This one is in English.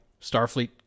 Starfleet